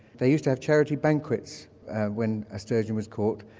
they used to have charity banquets when a sturgeon was caught.